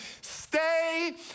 Stay